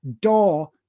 door